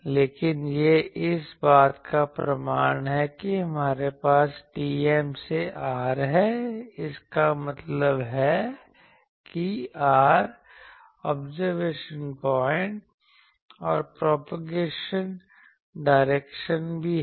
लेकिन यह इस बात का प्रमाण है कि हमारे पास TM से r है इसका मतलब है कि r ऑब्जरवेशन पॉइंट और प्रोपेगेशन डायरेक्शन भी है